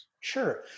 Sure